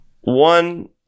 One